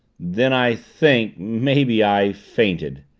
then i think maybe i fainted.